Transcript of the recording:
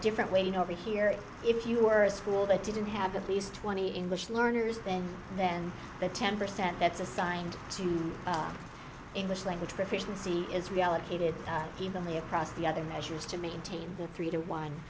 different way to over here if you are a school that didn't have at least twenty english learners then then the ten percent that's assigned to english language proficiency is reallocated evenly across the other measures to maintain the three to one